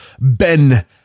Ben